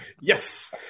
Yes